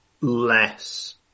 less